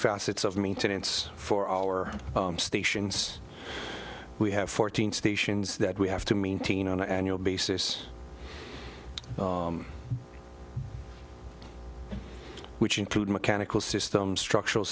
facets of maintenance for our stations we have fourteen stations that we have to maintain on an annual basis which include mechanical systems structural